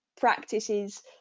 practices